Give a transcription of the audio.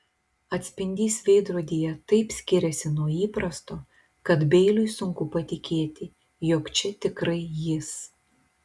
atspindys veidrodyje taip skiriasi nuo įprasto kad beiliui sunku patikėti jog čia tikrai jis